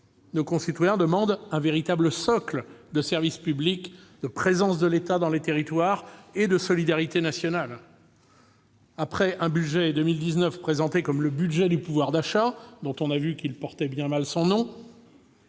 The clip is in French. Nos concitoyens demandent un véritable socle de services publics, de présence de l'État dans les territoires et de solidarité nationale. Après un budget pour 2019 présenté comme le « budget du pouvoir d'achat », dont on a vu qu'il correspondait bien mal à cet